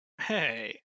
Hey